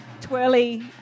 twirly